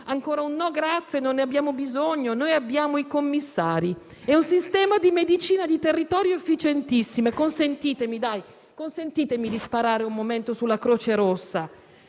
ancora un «no grazie, non ne abbiamo bisogno, noi abbiamo i commissari e un sistema di medicina del territorio efficientissimo». Consentitemi di sparare un momento sulla Croce Rossa,